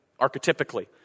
archetypically